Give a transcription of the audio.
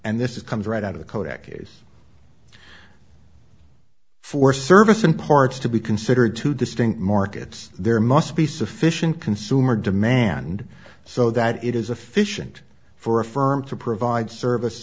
and this is comes right out of the kodak years for service and parts to be considered two distinct markets there must be sufficient consumer demand so that it is a fish and for a firm to provide service